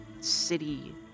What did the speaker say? city